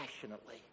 passionately